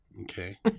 Okay